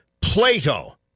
Plato